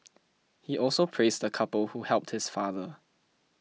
he also praised the couple who helped his father